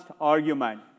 argument